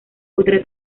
otra